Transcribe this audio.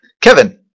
Kevin